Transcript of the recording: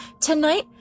Tonight